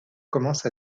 commence